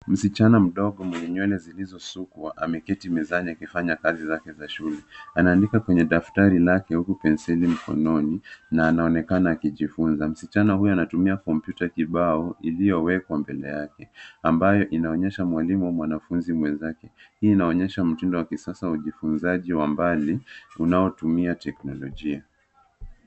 Msichana mdogo mwenye nywele zilizosukwa, ameketi mezani akifanya kazi zake za shule, anaandika kwenye daftari lake huku penseli mkononi, na anaonekana akijifunza. Msichana huyu anatumia kompyuta kibao, iliyowekwa mbele yake, ambayo inaonyesha mwalimu na mwanafunzi mwenzake. Hii inaonyesha mtindo wa kisasa wa ujifunzaji wa mbali, unaotumia teknolojia.